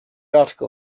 article